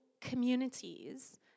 communities